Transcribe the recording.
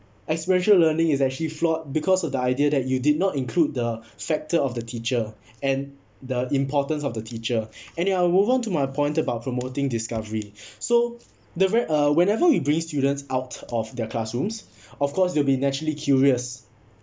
experiential learning is actually flawed because of the idea that you did not include the factor of the teacher and the importance of the teacher anyhow I'll move on to my point about promoting discovery so the very uh whenever we bring students out of their classrooms of course they'll be naturally curious